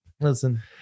Listen